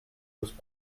posent